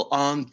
on